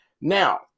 Now